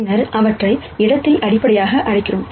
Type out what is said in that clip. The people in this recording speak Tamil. பின்னர் அவற்றை இடத்தில் அடிப்படையாக அழைக்கிறோம்